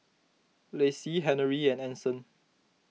Laci Henery and Anson